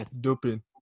doping